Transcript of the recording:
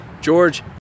George